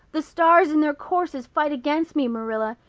the stars in their courses fight against me, marilla.